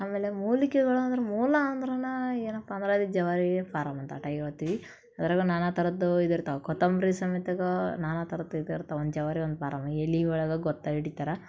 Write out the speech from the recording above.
ಆಮೇಲೆ ಮೂಲಿಕೆಗಳಂದ್ರೆ ಮೂಲ ಅಂದ್ರನೇ ಏನಪ್ಪ ಅಂದ್ರೆ ಅದು ಜವಾರಿ ಫಾರಮ್ ಅಂತ ಅಟ ಹೇಳ್ತಿವಿ ಅದರಗು ನಾನಾ ಥರದ್ದು ಇದಿರ್ತಾವೆ ಕೊತ್ತಂಬರಿ ಸಮೇತ ನಾನಾ ಥರದ್ದು ಇದಿರ್ತಾವೆ ಒಂದು ಜವಾರಿ ಒಂದು ಪಾರಮ್ ಎಲೆ ಒಳಗೆ ಗೊತ್ತು ಹಿಡಿತರ